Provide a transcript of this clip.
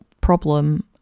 problem